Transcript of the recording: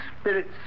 spirits